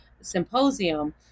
symposium